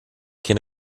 can